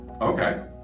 Okay